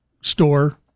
store